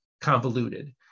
convoluted